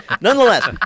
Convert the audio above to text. Nonetheless